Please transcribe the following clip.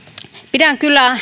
pidän kyllä